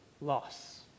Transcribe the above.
loss